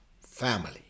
family